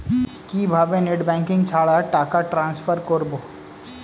কিভাবে net banking ছাড়া টাকা টান্সফার করব?